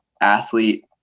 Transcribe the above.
athlete